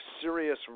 serious